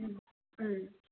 ꯎꯝ ꯎꯝ